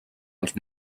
els